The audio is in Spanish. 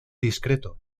discreto